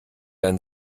ein